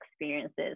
experiences